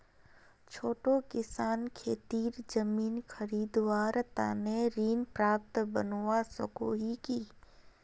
छोटो किसान खेतीर जमीन खरीदवार तने ऋण पात्र बनवा सको हो कि?